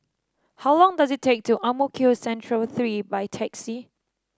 how long does it take to Ang Mo Kio Central Three by taxi